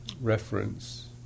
reference